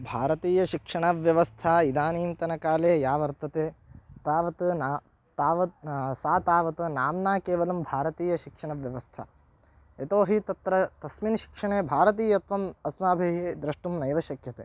भारतीयशिक्षणव्यवस्था इदानीन्तनकाले या वर्तते तावत् न तावत् सा तावत् नाम्ना केवलं भारतीयशिक्षणव्यवस्था यतोहि तत्र तस्मिन् शिक्षणे भारतीयत्वम् अस्माभिः द्रष्टुं नैव शक्यते